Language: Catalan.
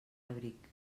abric